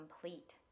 complete